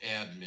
admin